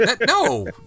no